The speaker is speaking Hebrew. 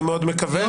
אני מאוד מקווה.